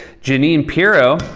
jeanine pirro,